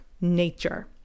nature